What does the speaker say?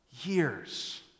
years